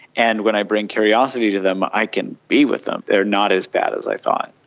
and when i bring curiosity to them i can be with them, they're not as bad as i thought.